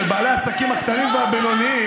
של בעלי העסקים הקטנים והבינוניים,